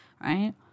right